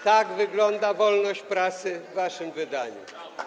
Tak wygląda wolność prasy w waszym wydaniu.